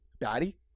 Daddy